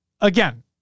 again